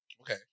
Okay